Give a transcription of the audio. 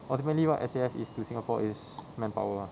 ultimately what S_A_F is to singapore is manpower